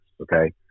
okay